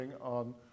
on